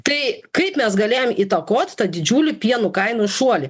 tai kaip mes galėjom įtakot tą didžiulį pienų kainų šuolį